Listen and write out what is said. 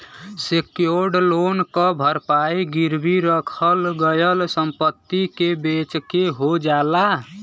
secured loan क भरपाई गिरवी रखल गयल संपत्ति के बेचके हो जाला